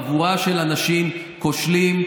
חבורה של אנשים כושלים,